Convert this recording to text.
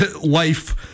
life